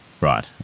Right